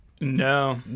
No